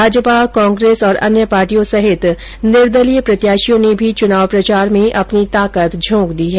भाजपा कांग्रेस और अन्य पार्टियों सहित निर्दलीय प्रत्याषियों ने भी चुनाव प्रचार में अपनी ताकत झोंक दी है